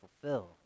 fulfill